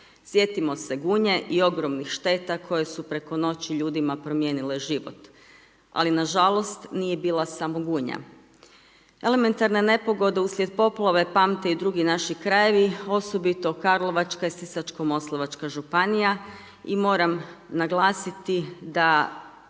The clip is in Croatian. Sjetimo se Gunje i ogromnih šteta koje su preko noći ljudima promijenile život, ali nažalost, nije bila samo Gunja. Elementarne nepogode uslijed poplave pamte i drugi naši krajevi, osobito Karlovačka i Sisačko moslavačka županija i moram naglasiti, da